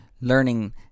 learning